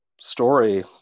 story